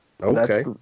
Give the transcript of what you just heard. Okay